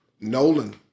Nolan